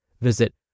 Visit